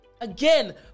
again